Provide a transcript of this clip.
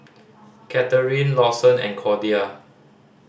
Katharine Lawson and Cordia